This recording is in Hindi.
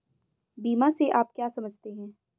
बीमा से आप क्या समझते हैं?